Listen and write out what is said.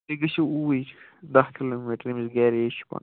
تُہۍ گٔژھِو اوٗرۍ دہ کِلوٗمیٖٹَر ییٚمِس گیٚریج چھ پَنُن